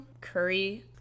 Curry